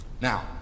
Now